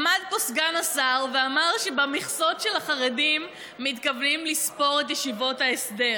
עמד פה סגן השר ואמר שבמכסות של החרדים מתכוונים לספור את ישיבות ההסדר.